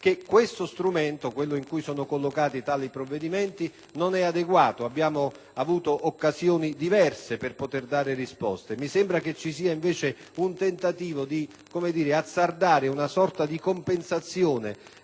che lo strumento dentro il quale sono collocati tali provvedimenti non è adeguato: abbiamo avuto occasioni diverse per poter dare risposte. Mi sembra che ci sia invece un tentativo di azzardare una sorta di compensazione